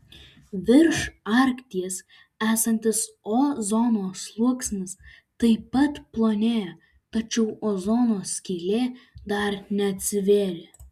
virš arkties esantis ozono sluoksnis taip pat plonėja tačiau ozono skylė dar neatsivėrė